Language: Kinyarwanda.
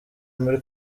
muri